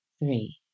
three